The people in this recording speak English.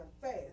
fast